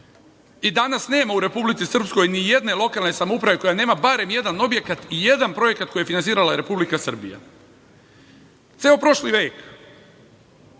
Danas nema u Republici Srpskoj nijedne lokalne samouprave koja nema barem jedan objekat i jedan projekat koji je finansirala Republika Srbija. Ceo prošli vek,